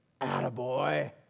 Attaboy